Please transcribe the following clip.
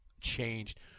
changed